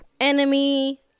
enemy